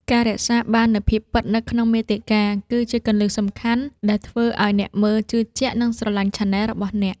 ការរក្សាបាននូវ ភាពពិត នៅក្នុងមាតិកា គឺជាគន្លឹះសំខាន់ដែលធ្វើឱ្យអ្នកមើលជឿជាក់ និងស្រឡាញ់ឆានែលរបស់អ្នក។